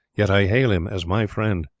yet i hail him as my friend.